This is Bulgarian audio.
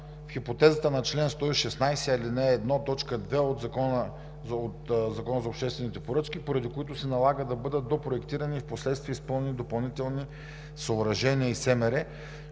в хипотезата на чл. 116, ал. 1, т. 2 от Закона за обществените поръчки, поради които се налага допроектирани и впоследствие изпълнени допълнителни съоръжения и СМР,